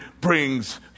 brings